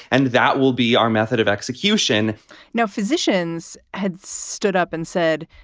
and that will be our method of execution now, physicians had stood up and said,